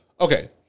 Okay